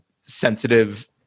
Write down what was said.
sensitive